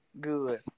good